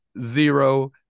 zero